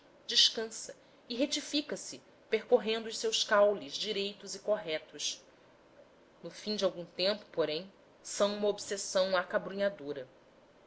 descansa e retifica se percorrendo os seus caules direitos e corretos no fim de algum tempo porém são uma obsessão